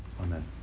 Amen